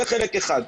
זה חלק אחד.